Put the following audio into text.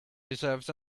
deserves